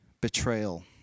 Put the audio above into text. betrayal